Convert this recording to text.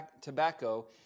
tobacco